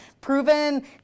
proven